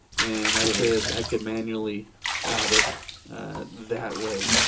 and i could i could manually add it that way.